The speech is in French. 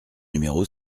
numéro